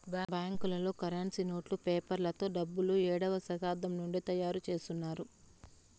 బ్యాంకులలో కరెన్సీ నోట్లు పేపర్ తో డబ్బులు ఏడవ శతాబ్దం నుండి తయారుచేత్తున్నారు